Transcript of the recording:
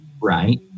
right